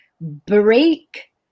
break